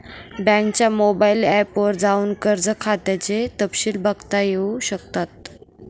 बँकेच्या mobile app वर जाऊन कर्ज खात्याचे तपशिल बघता येऊ शकतात